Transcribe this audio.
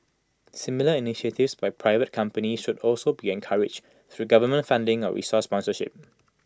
similar initiatives by private companies should also be encouraged through government funding or resource sponsorship